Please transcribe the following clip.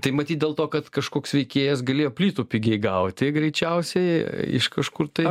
tai matyt dėl to kad kažkoks veikėjas galėjo plytų pigiai gauti greičiausiai iš kažkur tai